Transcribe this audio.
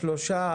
שלושה.